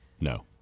No